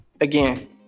again